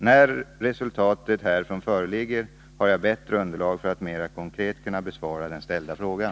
När resultatet härifrån föreligger, har jag bättre underlag för att mera konkret kunna besvara den ställda frågan.